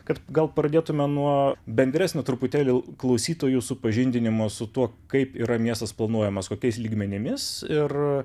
kad gal pradėtume nuo bendresnio truputėlį klausytojų supažindinimo su tuo kaip yra miestas planuojamas kokiais lygmenimis ir